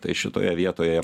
tai šitoje vietoje